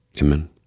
Amen